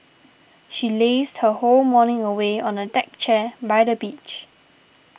she lazed her whole morning away on a deck chair by the beach